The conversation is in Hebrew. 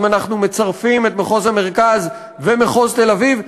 אם אנחנו מצרפים את מחוז המרכז ומחוז תל-אביב,